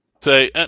say